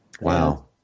Wow